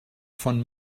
von